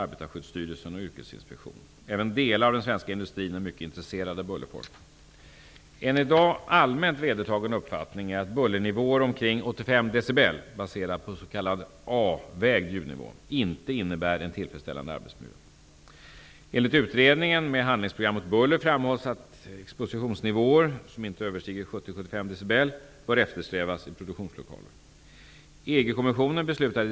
Även delar av den svenska industrin är mycket intresserade av bullerforskningen. En i dag allmänt vedertagen uppfattning är att bullernivåer omkring 85 decibel inte innebär en tillfredsställande arbetsmiljö. Enligt utredningen Handlingsprogram mot buller framhålls att expositionsnivåer som inte överstiger 70--75 decibel bör eftersträvas i produktionslokaler.